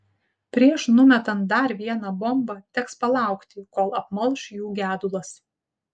prieš numetant dar vieną bombą teks palaukti kol apmalš jų gedulas